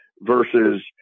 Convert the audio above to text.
versus –